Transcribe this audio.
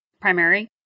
primary